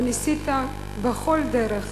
וניסית בכל דרך